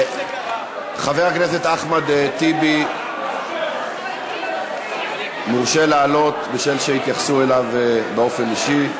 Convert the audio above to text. חבר הכנסת אחמד טיבי מורשה לעלות בגלל שהתייחסו אליו באופן אישי.